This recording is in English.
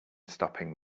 stopping